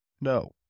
No